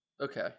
Okay